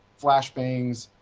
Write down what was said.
flash bangs,